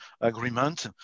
agreement